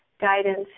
guidance